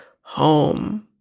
home